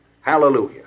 Hallelujah